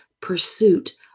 pursuit